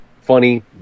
funny